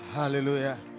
Hallelujah